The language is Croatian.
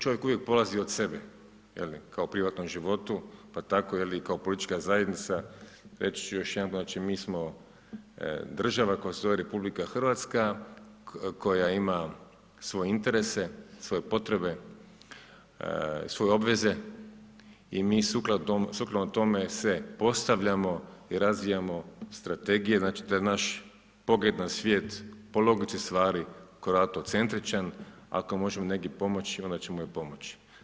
Čovjek uvijek polazi od sebe je li kao u privatnom životu, pa tako je li i kao politička zajednica, reći ću još jedanput znači mi smo država koja se zove Republika Hrvatska koja ima svoje interese, svoje potrebe, svoje obveze i mi sukladno tome se postavljamo i razvijamo strategije, znači da naš pogled na svijet po logici stvari koji je autocentričan, ako možemo negdje pomoći onda ćemo i pomoći.